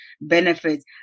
benefits